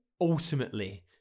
ultimately